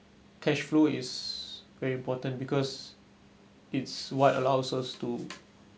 cash flow is very important because it's what allows us to